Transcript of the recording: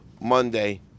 Monday